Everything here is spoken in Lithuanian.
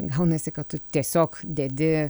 gaunasi kad tu tiesiog dedi